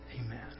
Amen